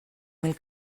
mil